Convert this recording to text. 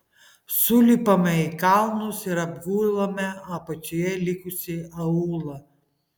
sulipame į kalnus ir apgulame apačioje likusį aūlą